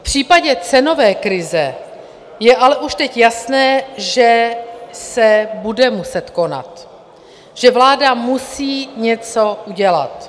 V případě cenové krize je ale už teď jasné, že se bude muset konat, že vláda musí něco udělat.